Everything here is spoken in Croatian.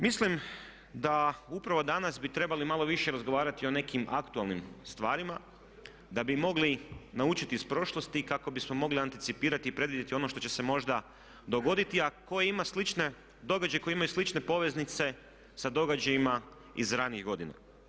Mislim da upravo danas bi trebali malo više razgovarati o nekim aktualnim stvarima da bi mogli naučiti iz prošlosti kako bismo mogli anticipirati i predvidjeti ono što će se možda dogoditi a događaji koji imaju slične poveznice sa događajima iz ranijih godina.